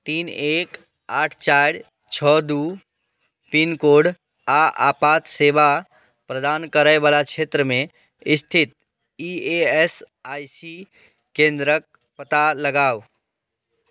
तीन एक आठ चारि छओ दुइ पिनकोड आओर आपात सेवा प्रदान करैवला क्षेत्रमे स्थित ई ए एस आइ सी केन्द्रके पता लगाउ